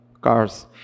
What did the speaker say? cars